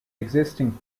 existing